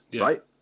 right